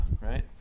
right